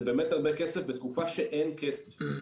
זה באמת הרבה כסף בתקופה שאין כסף.